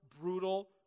brutal